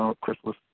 Christmas